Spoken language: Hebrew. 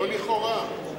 לא לכאורה.